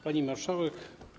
Pani Marszałek!